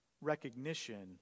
recognition